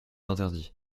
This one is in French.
interdit